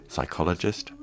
Psychologist